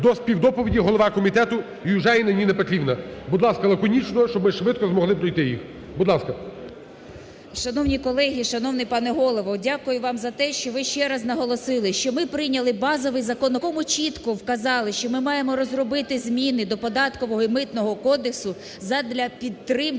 до співдоповіді голова комітету Южаніна Ніна Петрівна. Будь ласка, лаконічно. Щоб ми швидко змогли пройти їх. Будь ласка. 13:19:05 ЮЖАНІНА Н.П. Шановні колеги! Шановний пане Голово! Дякую вам за те, що ви ще раз наголосили, що ми прийняли базовий законопроект, в якому чітко вказали, що ми маємо розробити зміни до Податкового і Митного кодексів задля підтримки